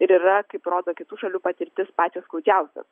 ir yra kaip rodo kitų šalių patirtis pačios skaudžiausios